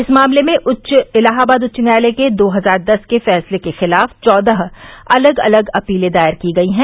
इस मामले में इलाहाबाद उच्च न्यायालय के दो हजार दस के फैसले के खिलाफ चौदह अलग अलग अपीलें दायर की गई हैं